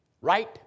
Right